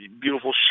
beautiful